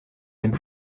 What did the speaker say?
même